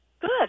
Good